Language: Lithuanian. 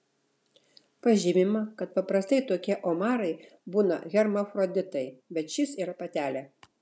pažymima kad paprastai tokie omarai būna hermafroditai bet šis yra patelė